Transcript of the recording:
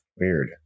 weird